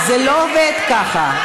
זה לא עובד ככה.